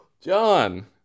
John